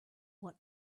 what